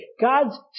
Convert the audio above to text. God's